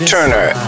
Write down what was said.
Turner